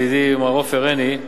ידידי מר עופר עיני,